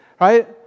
right